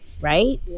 right